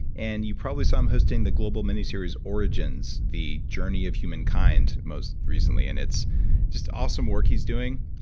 and you probably saw him hosting the global miniseries origins, the journey of humankind most recently, and it's just awesome work he's doing,